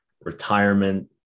retirement